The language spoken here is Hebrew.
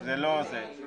זה לא זה.